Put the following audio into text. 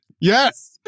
Yes